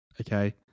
Okay